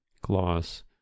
Gloss